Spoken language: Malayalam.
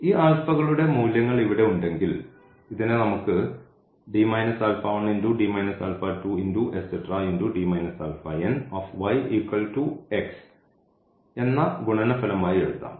ഈ ആൽഫകളുടെ മൂല്യങ്ങൾ ഇവിടെ ഉണ്ടെങ്കിൽ ഇതിനെ നമുക്ക് എന്ന ഗുണനഫലമായി എഴുതാം